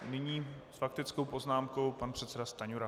Nyní s faktickou poznámkou pan předseda Stanjura.